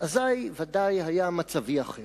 אזי ודאי היה מצבי אחר.